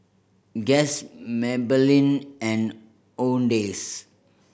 Guess Maybelline and Owndays